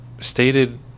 stated